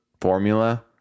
formula